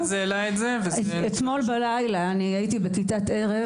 הם מגיעים לכיתה,